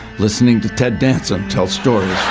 listening to ted danson tell stories